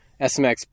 smx